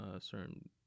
certain